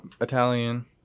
Italian